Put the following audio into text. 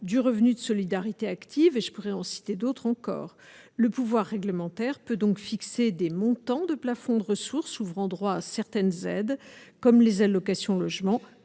du revenu de solidarité active et je pourrais en citer d'autres encore le pouvoir réglementaire peut donc fixer des montants de plafond de ressources ouvrant droit à certaines aides comme les allocations logement,